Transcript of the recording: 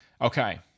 Okay